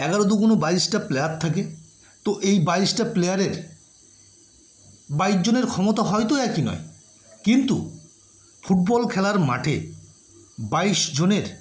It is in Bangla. এগারো দুগুণে বাইশটা প্লেয়ার থাকে তো এই বাইশটা প্লেয়ারের বাইশ জনের ক্ষমতা হয়তো একই নয় কিন্তু ফুটবল খেলার মাঠে বাইশ জনের